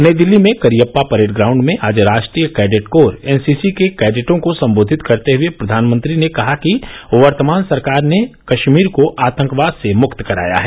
नई दिल्ली में Cariappa parade ground में आज राष्ट्रीय कैडेट कोर एनॅसीसी के कैडटों को संबोधित करते हुए प्रधानमंत्री ने कहा कि वर्तमान सरकार ने कश्मीर को आतंकवाद से मुक्त कराया है